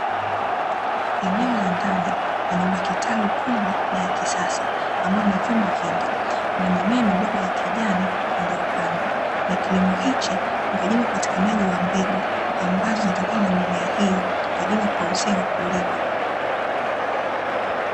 Eneo la ndani la nyumba kitalu kubwa na ya kisasa ambayo ina vyuma vingi, kuna mimea midogo ya kijani iliyopandwa na kilimo hichi ni kwa ajili ya upatikanaji wa mbegu ambazo zinatokana na mimea hiyo kwa ajili ya kuwauzia wakulima.